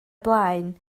blaen